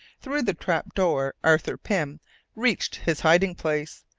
through the trap-door arthur pym reached his hiding-place,